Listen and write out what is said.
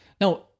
Now